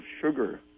sugar